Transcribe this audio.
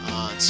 on